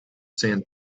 sand